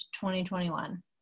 2021